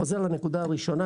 אני חוזר לנקודה הראשונה,